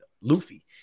Luffy